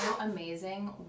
amazing